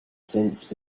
since